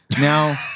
Now